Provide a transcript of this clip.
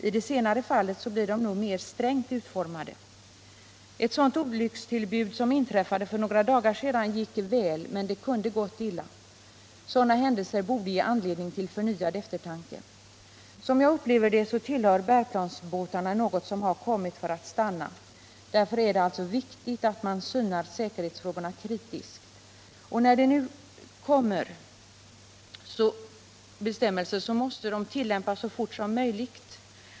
I det senare fallet blir de nog mer strängt utformade. Vid det olyckstillbud som inträffade för några dagar sedan gick det väl, men det kunde gått illa. Sådana händelser borde ge anledning till förnyad eftertanke. Som jag upplever det har bärplansbåtarna kommit för att stanna. Därför är det viktigt att man synar säkerhetsfrågorna kritiskt. När det nu kommer bestämmelser måste de tillämpas så fort som möjligt.